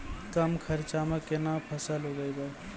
कम खर्चा म केना फसल उगैबै?